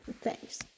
Thanks